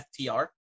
FTR